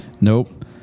Nope